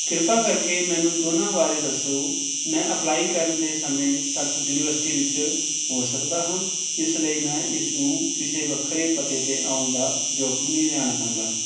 ਕਿਰਪਾ ਕਰਕੇ ਮੈਨੂੰ ਦੋਨਾਂ ਬਾਰੇ ਦੱਸੋ ਮੈਂ ਅਪਲਾਈ ਕਰਨ ਦੇ ਸਮੇਂ ਤੱਕ ਯੂਨੀਵਰਸਿਟੀ ਵਿੱਚ ਹੋ ਸਕਦਾ ਹਾਂ ਇਸ ਲਈ ਮੈਂ ਇਸ ਨੂੰ ਕਿਸੇ ਵੱਖਰੇ ਪਤੇ 'ਤੇ ਆਉਣ ਦਾ ਜੋਖ਼ਮ ਨਹੀਂ ਲੈਣਾ ਚਾਹੁੰਦਾ